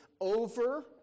over